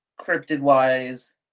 cryptid-wise